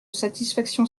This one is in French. satisfaction